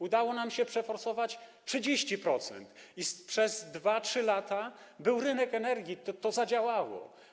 Udało nam się przeforsować 30% i przez 2–3 lata był rynek energii, to zadziałało.